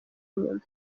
inyuma